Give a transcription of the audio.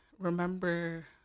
remember